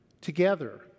together